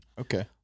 Okay